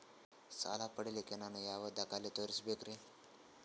ಸಾಲ ಪಡಿಲಿಕ್ಕ ನಾನು ಯಾವ ದಾಖಲೆ ತೋರಿಸಬೇಕರಿ?